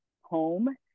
home